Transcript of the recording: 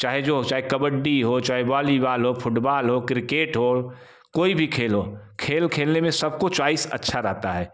चाहें जो हो चाहें कबड्डी हो चाहे वॉली बॉल हो फुटबॉल हो क्रिकेट हो कोई भी खेल हो खेल खेलने में सबको चॉइस अच्छा रहता है